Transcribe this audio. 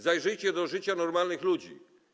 Zajrzyjcie do życia normalnych ludzi.